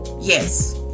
yes